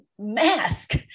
mask